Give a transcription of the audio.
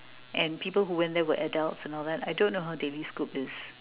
and people who went there were adults and all that I don't know how the lead cook is